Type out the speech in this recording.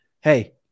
Hey